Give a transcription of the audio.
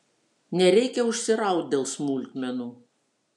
nereikia užsiraut dėl smulkmenų